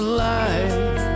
life